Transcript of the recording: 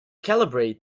calibrate